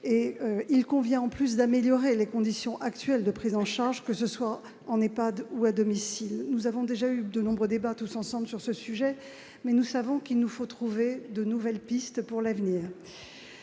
il convient d'améliorer les conditions actuelles de prise en charge, que ce soit en EHPAD ou à domicile. Nous avons déjà eu de nombreux débats sur le sujet. Nous savons qu'il nous faut trouver de nouvelles pistes pour l'avenir.